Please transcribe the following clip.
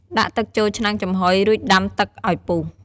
ដាក់ទឹកចូលឆ្នាំងចំហុយ រួចដាំតឹកឲ្យពុះ។